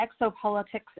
Exopolitics